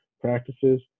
practices